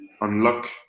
unlock